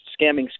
Scamming